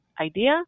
idea